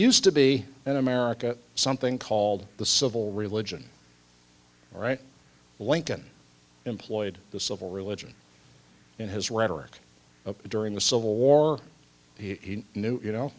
used to be in america something called the civil religion right lincoln employed the civil religion in his rhetoric of during the civil war he knew you know